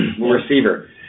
receiver